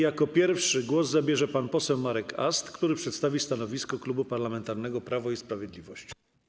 Jako pierwszy głos zabierze pan poseł Marek Ast, który przedstawi stanowisko Klubu Parlamentarnego Prawo i Sprawiedliwość.